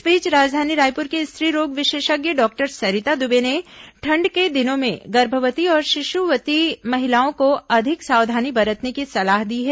इस बीच राजधानी रायपुर की स्त्री रोग विशेषज्ञ डॉक्टर सरिता दुबे ने ठंड के दिनों में गर्भवती और शिश्ववती महिलाओं को अधिक सावधानी बरतने की सलाह दी है